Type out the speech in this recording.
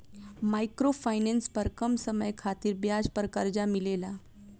micro finance पर कम समय खातिर ब्याज पर कर्जा मिलेला